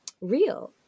real